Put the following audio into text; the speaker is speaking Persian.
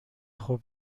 خوب